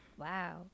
Wow